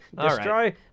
destroy